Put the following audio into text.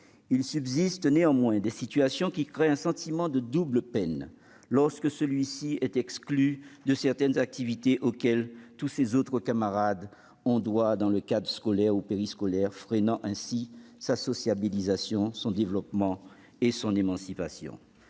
Il subsiste néanmoins des situations qui créent un sentiment de « double peine », lorsque l'enfant est exclu de certaines activités auxquelles tous ses autres camarades ont droit dans le cadre scolaire ou périscolaire, freinant ainsi sa socialisation, son développement et son émancipation.